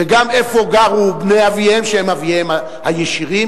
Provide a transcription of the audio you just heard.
וגם איפה גרו בני אביהם, שהם אבותיהם הישירים.